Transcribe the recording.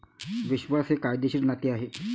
विश्वास हे कायदेशीर नाते आहे